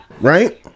right